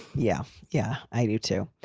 yeah. yeah i do too.